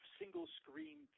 single-screen